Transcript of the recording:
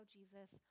Jesus